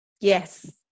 Yes